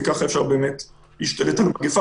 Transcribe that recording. וככה אפשר באמת להשתלט על המגפה,